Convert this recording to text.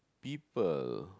people